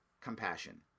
compassion